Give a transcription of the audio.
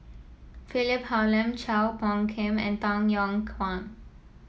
Philip Hoalim Chua Phung Kim and Tay Yong Kwang